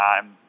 time